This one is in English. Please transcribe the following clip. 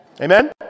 Amen